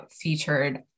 featured